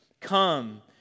Come